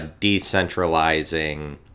decentralizing